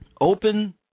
Open